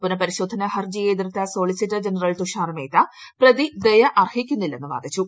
പുനഃപരിശോധന ഹർജിയെ എതിർത്ത solicitor general Tushar Mehta പ്രതി ദയ അർഹിക്കുന്നില്ലെന്ന് വാദിച്ചു